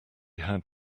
had